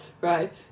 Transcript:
Right